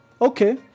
okay